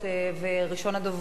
ראשון הדוברים,